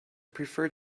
prefer